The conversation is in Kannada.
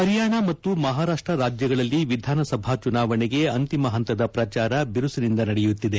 ಹರಿಯಾಣ ಮತ್ತು ಮಹಾರಾಷ್ಟ್ರ ರಾಜ್ಯಗಳಲ್ಲಿ ವಿಧಾನಸಭಾ ಚುನಾವಣೆಗೆ ಅಂತಿಮ ಹಂತದ ಪ್ರಚಾರ ಬಿರುಸಿನಿಂದ ನಡೆಯುತ್ತಿದೆ